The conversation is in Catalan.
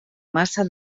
massa